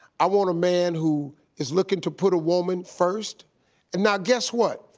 i want a man who is looking to put a woman first and now guess what,